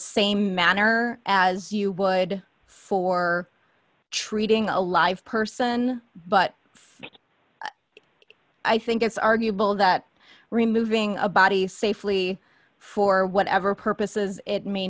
same manner as you would for treating a live person but i think it's arguable that removing a body safely for whatever purposes it may